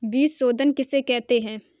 बीज शोधन किसे कहते हैं?